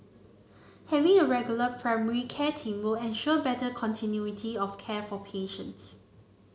having a regular primary care team will ensure better continuity of care for patients